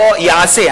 לא אעשה.